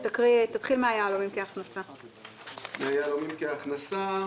תתחיל לקרוא את הצו של יהלומים כהכנסה.